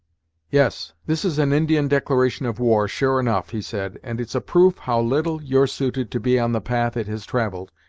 yes, this is an indian declaration of war, sure enough, he said, and it's a proof how little you're suited to be on the path it has travelled,